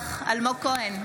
נוכח אלמוג כהן,